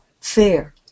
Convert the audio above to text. fair